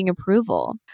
approval